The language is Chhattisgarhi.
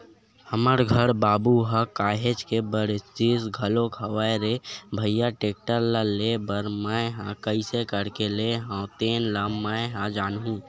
हमर घर बाबू ह काहेच के बरजिस घलोक हवय रे भइया टेक्टर ल लेय बर मैय ह कइसे करके लेय हव तेन ल मैय ह जानहूँ